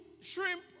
shrimp